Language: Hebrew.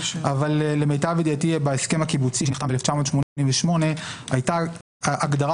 אבל למיטב ידיעתי בהסכם הקיבוצי שנחתם ב-1988 הייתה הגדרה